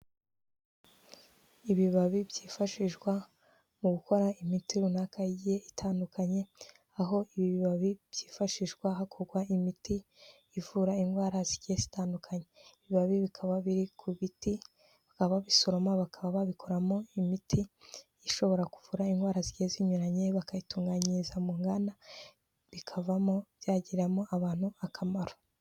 Ibibabi byifashishwa mu gukora imiti runaka igiye itandukanye aho ibi bibabi byifashishwa hakorwa imiti ivura indwara zigiye zitandukanye, ibi bibabi bikaba biri ku biti ababisoroma bakaba babikoramo imiti ishobora kuvura indwara zigiye zinyuranye bakayitunganyiriza mu nganda bikavamo byagirira abantu akamaro.